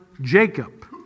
Jacob